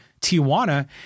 Tijuana